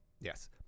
yes